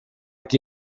qui